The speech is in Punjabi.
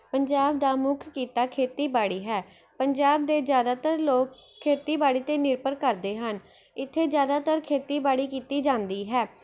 ਪੰਜਾਬ ਦਾ ਮੁੱਖ ਕਿੱਤਾ ਖੇਤੀਬਾੜੀ ਹੈ ਪੰਜਾਬ ਦੇ ਜ਼ਿਆਦਾਤਰ ਲੋਕ ਖੇਤੀਬਾੜੀ 'ਤੇ ਨਿਰਭਰ ਕਰਦੇ ਹਨ ਇੱਥੇ ਜ਼ਿਆਦਾਤਰ ਖੇਤੀਬਾੜੀ ਕੀਤੀ ਜਾਂਦੀ ਹੈ